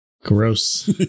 Gross